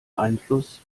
einfluss